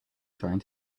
trying